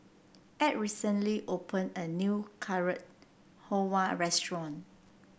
Ed recently opened a new Carrot Halwa Restaurant